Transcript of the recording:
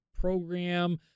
program